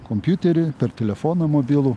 kompiuterį per telefoną mobilų